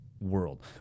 world